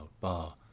bar